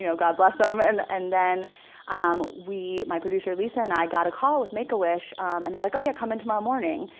you know god bless them. um and and then we my producer lisa and i got a call with make-a-wish and they were like, oh yeah. come in tomorrow morning.